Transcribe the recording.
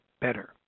better